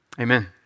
Amen